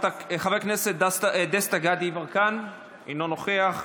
חבר הכנסת דסטה גדי יברקן, אינו נוכח,